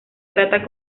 trata